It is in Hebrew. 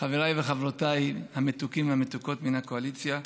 חבריי וחברותיי המתוקים והמתוקות מן הקואליציה,